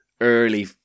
early